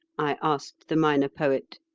i asked the minor poet.